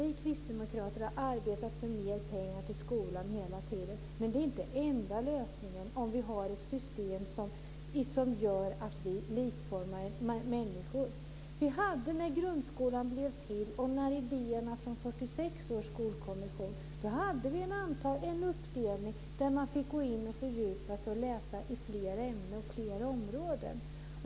Vi kristdemokrater har hela tiden arbetat för mer pengar till skolan men detta är inte den enda lösningen om vi har ett system som gör att människor likformas. När grundskolan blev till och i samband med idéerna från 1946 års skolkommission hade vi en uppdelning som var sådan att man fick fördjupa sig i och läsa fler ämnen och fler områden.